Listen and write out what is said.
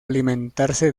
alimentarse